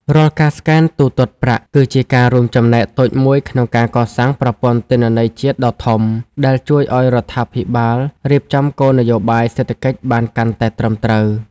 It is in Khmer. រាល់ការស្កែនទូទាត់ប្រាក់ គឺជាការរួមចំណែកតូចមួយក្នុងការកសាងប្រព័ន្ធទិន្នន័យជាតិដ៏ធំ ដែលជួយឱ្យរដ្ឋាភិបាលរៀបចំគោលនយោបាយសេដ្ឋកិច្ចបានកាន់តែត្រឹមត្រូវ។